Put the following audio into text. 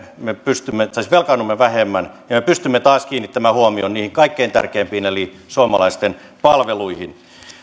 me velkaannumme vähemmän ja me pystymme taas kiinnittämään huomion niihin kaikkein tärkeimpiin eli suomalaisten palveluihin